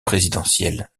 présidentiel